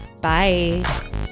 bye